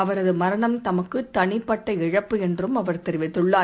அவரதுமரணம் தமக்குதனிப்பட்ட இழப்பு என்றும் அவர் தெரிவித்துள்ளார்